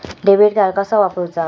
Debit card कसा वापरुचा?